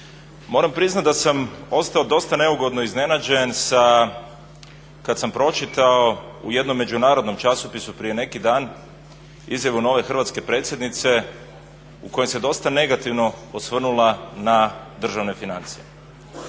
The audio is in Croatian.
Moram priznat da sam ostao dosta neugodno iznenađen kad sam pročitao u jednom međunarodnom časopisu prije neki dan izjavu nove hrvatske predsjednice u kojem se dosta negativno osvrnula na državne financije.